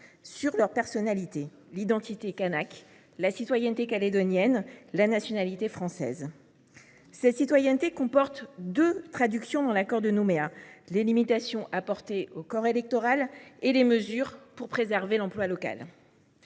sur leur personnalité : l’identité kanake, la citoyenneté calédonienne, la nationalité française. Cette citoyenneté comporte deux traductions dans l’accord de Nouméa : les limitations apportées au corps électoral et les mesures pour préserver l’emploi local.